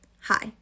Hi